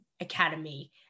academy